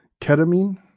Ketamine